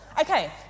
Okay